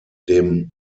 dem